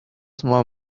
small